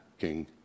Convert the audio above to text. King